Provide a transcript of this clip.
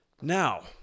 now